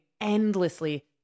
endlessly